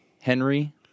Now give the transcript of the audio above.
Henry